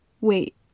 wait